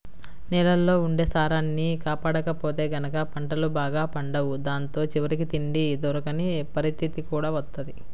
నేలల్లో ఉండే సారాన్ని కాపాడకపోతే గనక పంటలు బాగా పండవు దాంతో చివరికి తిండి దొరకని పరిత్తితి కూడా వత్తది